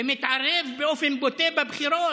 ומתערב באופן בוטה בבחירות?